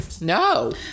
No